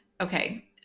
Okay